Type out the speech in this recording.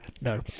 No